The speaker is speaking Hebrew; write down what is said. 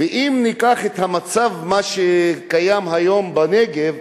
ואם ניקח את המצב שקיים היום בנגב,